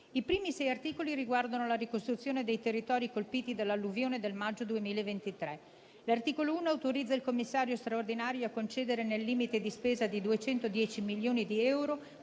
I primi sei articoli riguardano la ricostruzione dei territori colpiti dall'alluvione del maggio 2023. L'articolo 1 autorizza il commissario straordinario a concedere nel limite di spesa di 210 milioni di euro